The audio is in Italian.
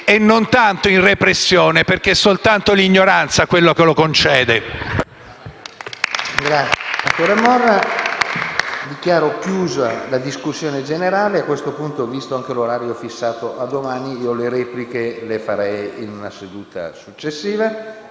e non tanto in repressione perché è soltanto l'ignoranza ciò che lo concede.